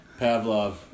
Pavlov